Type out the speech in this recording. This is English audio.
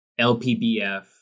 LPBF